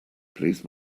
please